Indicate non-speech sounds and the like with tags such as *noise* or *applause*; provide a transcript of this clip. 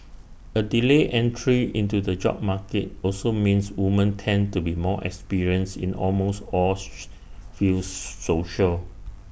A delayed entry into the job market also means woman tend to be more experienced in almost all *noise* fields social